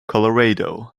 colorado